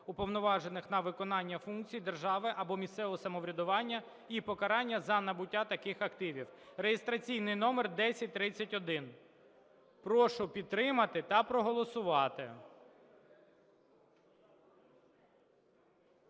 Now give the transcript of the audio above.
уповноважених на виконання функцій держави або місцевого самоврядування, і покарання за набуття таких активів (реєстраційний номер 1031). Прошу підтримати та проголосувати.